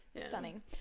stunning